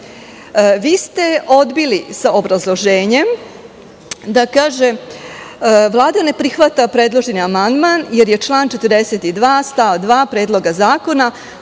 Vi ste odbili sa obrazloženjem gde kaže – Vlada ne prihvata predloženi amandman jer je član 42. stav 2. Predloga zakona